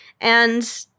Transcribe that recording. and-